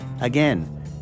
Again